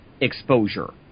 exposure